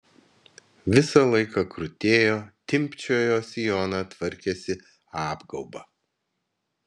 visą laiką krutėjo timpčiojo sijoną tvarkėsi apgaubą